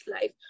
Life